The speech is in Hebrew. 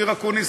אופיר אקוניס,